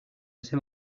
ese